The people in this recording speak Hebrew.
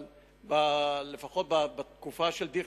אבל לפחות בתקופה של דיכטר,